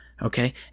Okay